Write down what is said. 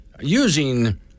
using